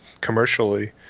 commercially